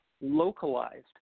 localized